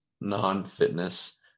non-fitness